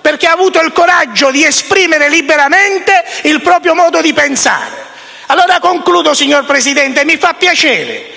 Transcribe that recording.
perché ha avuto il coraggio di esprimere liberamente il proprio modo di pensare! Allora, concludo, signor Presidente: mi fa piacere